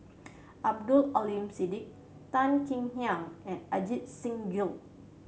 Abdul Aleem Siddique Tan Kek Hiang and Ajit Singh Gill